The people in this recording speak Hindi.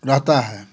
रहता है